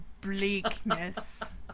bleakness